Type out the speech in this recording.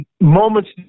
moments